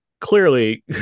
clearly